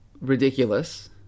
ridiculous